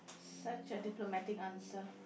such a diplomatic answer